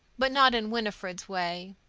but not in winifred's way.